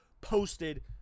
posted